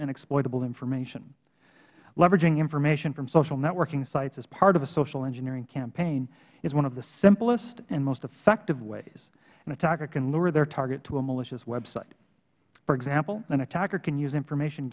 and exploitable information leveraging information from social networking sites as part of a social engineering campaign is one of the simplest and most effective ways an attacker can lure their target to a malicious website for example an attacker can use information